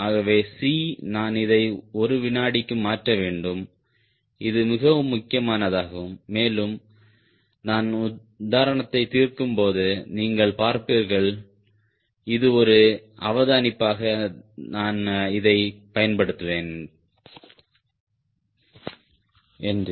ஆகவே C நான் இதை ஒரு வினாடிக்கு மாற்ற வேண்டும் இது மிகவும் முக்கியமானதாகும் மேலும் நான் உதாரணத்தைத் தீர்க்கும்போது நீங்கள் பார்ப்பீர்கள் இது ஒரு அவதானிப்பாக நான் இதை பயன்படுத்துவேன் என்று